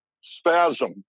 spasm